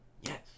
yes